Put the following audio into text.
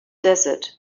desert